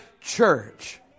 church